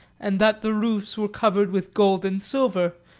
and that the roofs were covered with gold and silver,